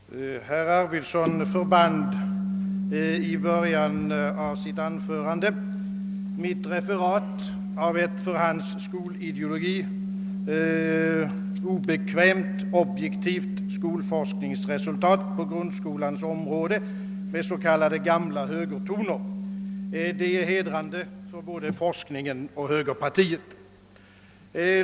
Herr talman! Herr Arvidson förband i början av sitt anförande mitt referat av ett för hans skolideologi obekvämt objektivt = skolforskningsresultat = på grundskolans område med vad han kallade gamla högertoner. Det är i så fall hedrande för både forskningen och högerpartiet.